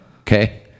Okay